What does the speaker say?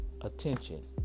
attention